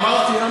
אמרתי.